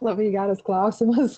labai geras klausimas